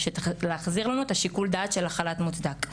להחזיר לנו את שיקול הדעת של חל"ת מוצדק.